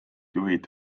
juhid